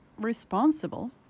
responsible